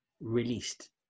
released